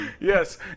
Yes